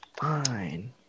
fine